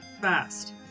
fast